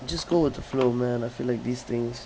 just go with the flow man I feel like these things